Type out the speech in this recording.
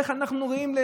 איך אנחנו ראויים?